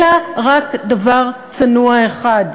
אלא רק דבר צנוע אחד: